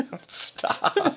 Stop